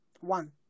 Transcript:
one